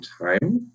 time